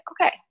okay